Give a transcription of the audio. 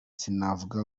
sinavuga